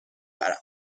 برم